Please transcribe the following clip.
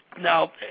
Now